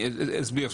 אני אסביר.